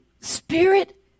spirit